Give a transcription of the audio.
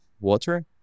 water